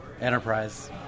Enterprise